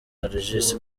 alegisi